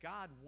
God